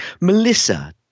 Melissa